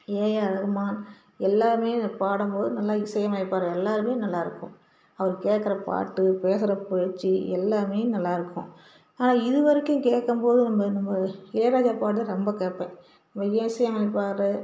AR Rahman எல்லாருமே பாடும்போது நல்லா இசையமைப்பார் எல்லாருமே நல்லா இருக்கும் அவரு கேட்குற பாட்டு பேசுற பேச்சு எல்லாமே நல்லா இருக்கும் ஆனால் இதுவரைக்கும் கேட்கம்போது நம்ப நம்ப இளையராஜா பாட்டைதான் ரொம்ப கேட்பேன் இவர் இசையமைப்பார்